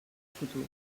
futur